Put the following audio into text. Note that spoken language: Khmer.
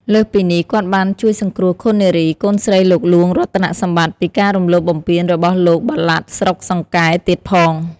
លើសពីនេះ គាត់បានជួយសង្គ្រោះឃុននារី កូនស្រីលោកហ្លួងរតនសម្បត្តិ ពីការរំលោភបំពានរបស់លោកបាឡាត់ស្រុកសង្កែទៀតផង។